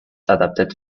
adapted